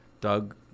doug